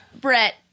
Brett